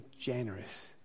generous